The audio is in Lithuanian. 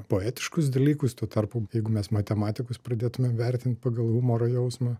poetiškus dalykus tuo tarpu jeigu mes matematikus pradėtumėm vertint pagal humoro jausmą